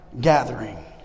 gathering